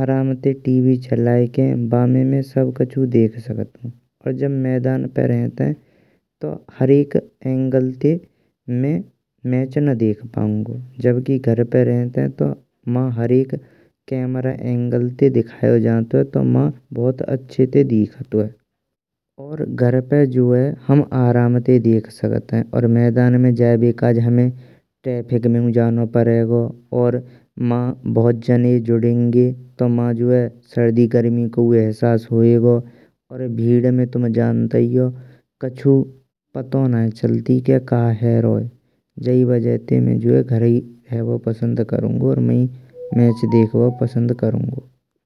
आराम ते टीवी चलायेकें बामे में सबकछु देख सकंतु पर जब मैदान पे रहेंते। तो हरेक एंगल ते में मैच ना देख पायुंगो जब कि घर पे रहंते तो मा हरेक कैमरा एंगल ते देखायो जांतुये। तो मान बहुत आचे ते देखातुये और घर पे जो है हम आराम ते देख संकते। मैदान में जाएबे काज हमे ट्रैफिक मेयू जननो पड़ेगो और मा जो है, बहुत जनने जुरेंगे तो सर्दी गरमी कौ एहसास होयेगो। और भीड़ में तुम जानतेयो कछु पतो नाई चालती के खा है राहो है। जाएई वजह ते में घर ही रहेबो पसंद करुंगो और मैं मैच देखबो पसंद करुंगो।